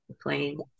playing